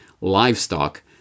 livestock